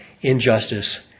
injustice